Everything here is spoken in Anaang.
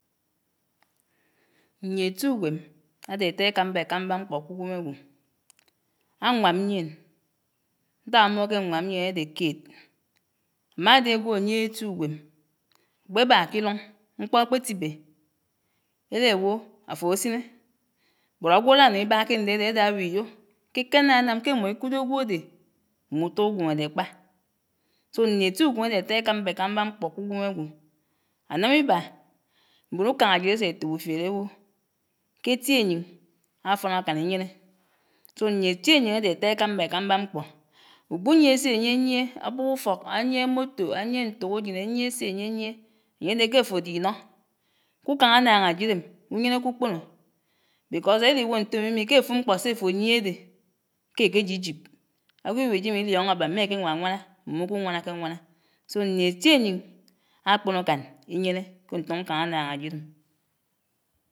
Ñyié étí uwém ádé átáá ékámbá ékámbá mkpó k'uwém ágwo, áñwám ñyién, nták ámohó ké áñwám ñyién ádé kéd, mádé ágwo áyiéhé éti uwém, ákpébá k'íluñ, mkpó ákpétibé éréwò áfo ásiné, bót ágwo álánuñ íbá ké ndédé ádá áwò íyò kékénánám ké ímò íkudò ágwodé mmutó uwém ádé ákpá, so ñyié étíuwém ádé átáá ékámbá ékámbá mkpó k'uwém ágwo. Anám íbá mbòn ukáñ ájid ésétob ufíéd éwò "k'éti áyiñ, áfón ákán ínyéné", so ñyié éti áyiñ ádé átáá ékámbá ékámbá mkpó. Ukpuyié séyiéyié, ábub ufók, áyié moto, áyié ntòkájén, áyié séyiéyié, áyédé k'áfo ád'ínó, kukáñ ánááñ ájidém uyénéké ukpònò bikos ériwó ntomímí k'áfud mkpó sé áfoyié ádé ké ákéjijib, agwo íwíjém ílíóñó ábá mé áké nwánwáná muk'uwánákénwáná. So ñyié éti áyiñ ákpon ákán íyéné ké ñtuñ ukáñ ánááñ ájid ém.